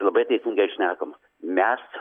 labai teisingai šnekama mes